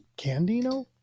Candino